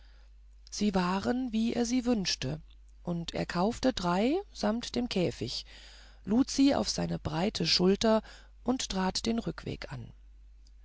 sie waren wie er sie wünschte und er kaufte drei samt dem käfigt lud sie auf seine breite schulter und trat den rückweg an